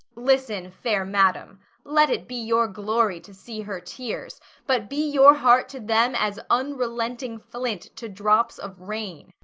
listen, fair madam let it be your glory to see her tears but be your heart to them as unrelenting flint to drops of rain.